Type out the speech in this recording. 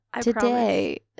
today